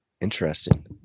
Interesting